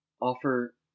offer